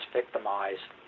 victimized